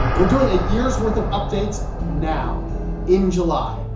we're doing a year's worth of updates now in july.